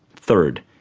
third,